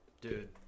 Dude